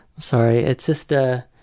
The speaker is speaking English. sorry, it's just ah